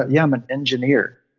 yeah i'm an engineer,